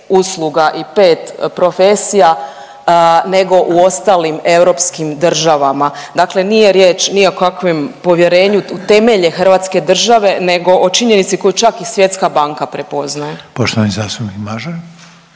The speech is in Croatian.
usluga i pet profesija nego u ostalim europskim državama. Dakle, nije riječ ni o kakvom povjerenju u temelje Hrvatske države nego o činjenici koju čak i Svjetska banka prepoznaje. **Reiner,